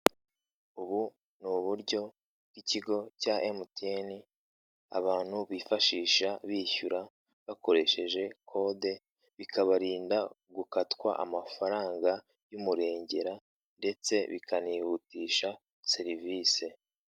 Ubu ni uburyo bw'ikigo cya emutiyeni abantu bifashisha bishyura bakoresheje kode, bikabarinda gukatwa amafaranga y'umurengera ndetse bikanihutisha serivise.